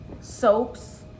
soaps